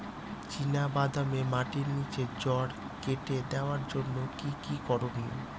চিনা বাদামে মাটির নিচে জড় কেটে দেওয়ার জন্য কি কী করনীয়?